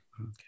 Okay